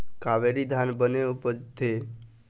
कावेरी धान बने उपजथे?